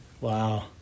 Wow